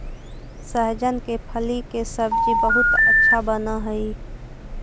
सहजन के फली के सब्जी बहुत अच्छा बनऽ हई